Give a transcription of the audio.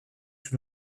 sous